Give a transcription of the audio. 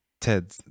Ted